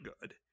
good